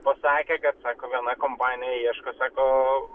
pasakė kad sako viena kompanija ieško sako